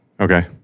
Okay